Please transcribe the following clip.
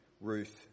Ruth